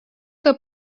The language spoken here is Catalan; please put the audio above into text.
que